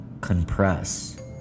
compress